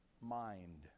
mind